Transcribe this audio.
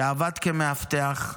שעבד כמאבטח,